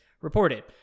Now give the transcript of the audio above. reported